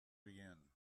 begin